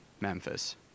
Memphis